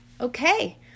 okay